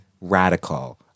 radical